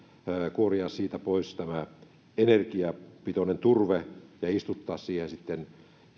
kuoria siitä pois tämä energiapitoinen turve ja istuttaa siihen sitten